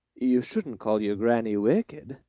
you shouldn't call your grannie wicked,